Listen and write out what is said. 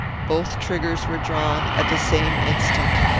both triggers were drawn at the same instant.